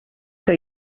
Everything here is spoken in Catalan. que